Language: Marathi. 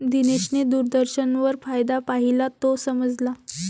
दिनेशने दूरदर्शनवर फायदा पाहिला, तो समजला